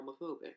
homophobic